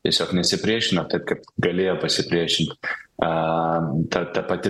tiesiog nesipriešino taip kaip galėjo pasipriešinti a ta ta pati